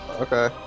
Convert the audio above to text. okay